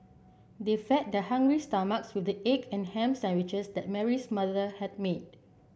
they fed their hungry stomachs with the egg and ham sandwiches that Mary's mother had made